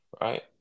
Right